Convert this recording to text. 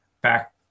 back